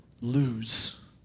lose